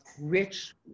rich